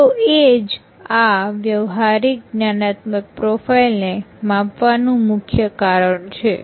તો એ જ આ વ્યવહારીક જ્ઞાનાત્મક પ્રોફાઈલ ને માપવાનું મુખ્ય કારણ છે